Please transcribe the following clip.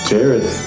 Jared